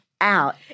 out